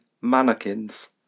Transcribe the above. mannequins